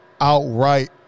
outright